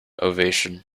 ovation